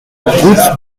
route